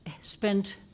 spent